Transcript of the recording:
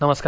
नमस्कार